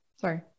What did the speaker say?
sorry